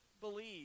believe